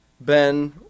Ben